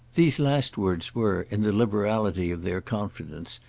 these last words were, in the liberality of their confidence,